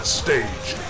stage